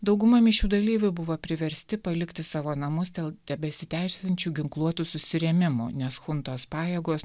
dauguma mišių dalyvių buvo priversti palikti savo namus dėl tebesitęsiančių ginkluotų susirėmimų nes chuntos pajėgos